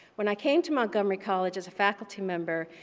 when i came to montgomery college as a faculty member,